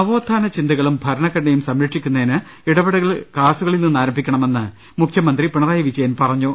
നവോത്ഥാന ചിന്തകളും ഭരണഘടനയും സംരക്ഷിക്കുന്നതിന് ഇട പെടൽ ്ക്ലാസുകളിൽ നിന്ന് ആരംഭിക്കണമെന്ന് മുഖ്യമന്ത്രി പിണ റായി വിജയൻ പറഞ്ഞു